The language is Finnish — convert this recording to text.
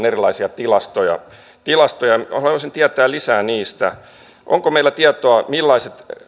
erilaisia tilastoja tilastoja haluaisin tietää lisää niistä onko meillä tietoa millaiset